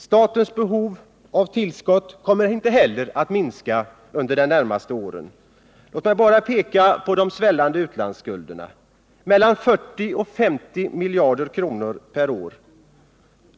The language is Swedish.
Statens behov av tillskott kommer inte heller att minska under de närmaste åren. Låt mig bara peka på de svällande utlandsskulderna, mellan 40 och 50 miljarder per år.